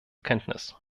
kenntnis